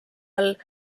all